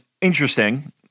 interesting